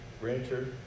rancher